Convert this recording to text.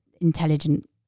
intelligent